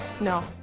No